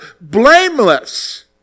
blameless